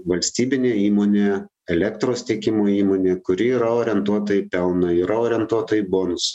valstybinė įmonė elektros tiekimo įmonė kuri yra orientuota į pelną yra orientuota į bonusus